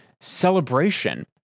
celebration